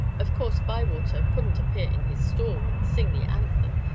of course bywater couldn't appear in his stall, and sing the anthem,